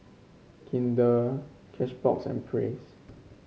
Kinder Cashbox and Praise